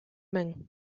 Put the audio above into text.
мең